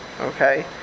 okay